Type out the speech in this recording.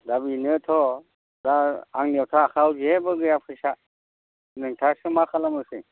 दा बेनोथ' दा आंनियावथ' आखायाव जेबो गैया फैसा नोंथाङासो मा खालामोसै